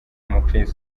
umukirisitu